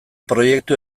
proiektu